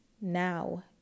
now